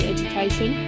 Education